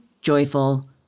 Joyful